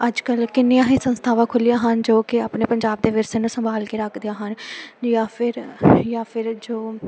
ਅੱਜ ਕੱਲ੍ਹ ਕਿੰਨੀਆਂ ਹੀ ਸੰਸਥਾਵਾਂ ਖੁੱਲ੍ਹੀਆਂ ਹਨ ਜੋ ਕਿ ਆਪਣੇ ਪੰਜਾਬ ਦੇ ਵਿਰਸੇ ਨੂੰ ਸੰਭਾਲ ਕੇ ਰੱਖਦੀਆਂ ਹਨ ਜਾਂ ਫਿਰ ਜਾਂ ਫਿਰ ਜੋ